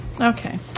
Okay